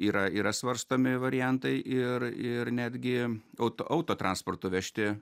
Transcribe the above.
yra yra svarstomi variantai ir ir netgi auto autotransportu vežti